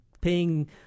paying